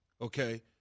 okay